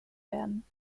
werden